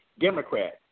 Democrat